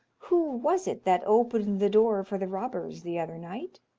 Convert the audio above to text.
who was it that opened the door for the robbers the other night?